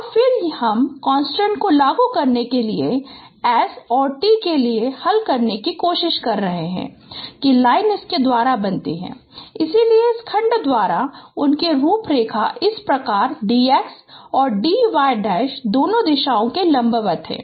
और फिर हम कंस्ट्रेंट्स को लागू करने के लिए s और t के लिए हल करने की कोशिश कर रहे हैं कि लाइन इसके द्वारा बनती है इसलिए इस खंड द्वारा उनके रूप रेखा इस प्रकार dx और dy दोनों दिशाओं के लंबवत हैं